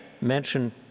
mention